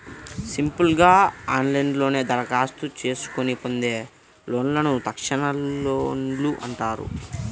simple గా ఆన్లైన్లోనే దరఖాస్తు చేసుకొని పొందే లోన్లను తక్షణలోన్లు అంటున్నారు